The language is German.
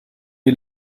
die